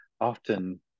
often